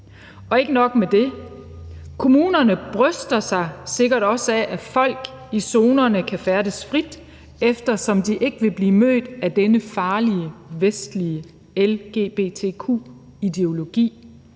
Og ikke nok med det: Kommunerne bryster sig sikkert også af, at folk i zonerne kan færdes frit, eftersom de ikke vil blive mødt af denne farlige, vestlige lgbtq-ideologi,